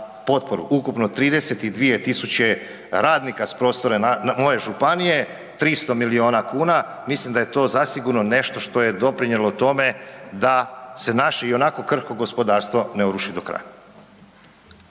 Ukupno 32 tisuće radnika s prostora moje županije, 300 milijuna kuna, mislim da je to zasigurno nešto što je doprinijelo tome da se naši ionako gospodarstvo ne uruši do kraja.